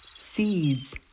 Seeds